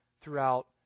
throughout